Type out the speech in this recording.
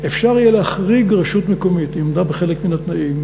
אפשר יהיה להחריג רשות מקומית אם היא עמדה בחלק מהתנאים,